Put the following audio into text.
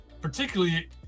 particularly